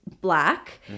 black